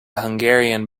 hungarian